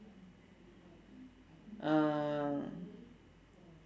uh